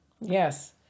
Yes